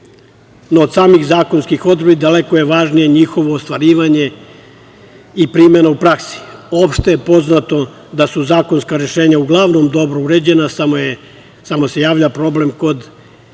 od samih zakonskih odredbi daleko je važnije njihovo ostvarivanje i primena u praksi. Opšte je poznato da su zakonska rešenja uglavnom dobro uređena, samo se javlja problem kod primene